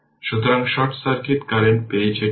সুতরাং short circuit current পেয়েছে 35 by 3 ampere